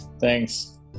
Thanks